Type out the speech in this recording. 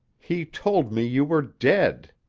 he told me you were dead